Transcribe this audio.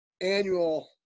annual